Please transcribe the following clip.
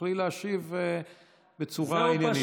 תוכלי להשיב בצורה עניינית.